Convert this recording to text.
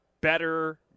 better